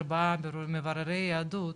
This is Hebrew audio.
ארבעה מבררי יהדות,